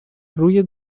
روی